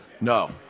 No